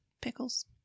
Pickles